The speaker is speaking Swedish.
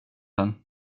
den